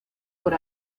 por